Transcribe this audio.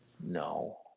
No